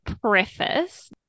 preface